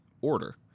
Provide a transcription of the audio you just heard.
order